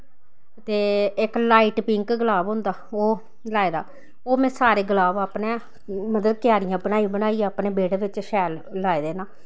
ते इक light pink गलाब होंदा ओह् लाए दा ओह् में सारे गलाब अपने मतलब क्यारियां बनाई बनाइयै अपनै बेह्ड़ै बिच्च शैल लाए दे न